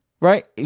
Right